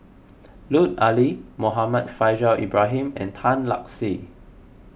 Lut Ali Muhammad Faishal Ibrahim and Tan Lark Sye